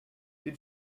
did